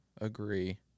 agree